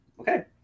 Okay